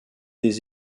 des